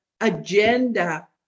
agenda